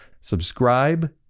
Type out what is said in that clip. Subscribe